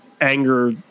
anger